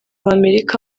w’amerika